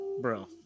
Bro